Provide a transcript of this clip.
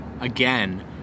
again